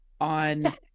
on